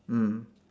mm